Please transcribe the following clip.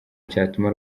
cyatuma